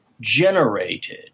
generated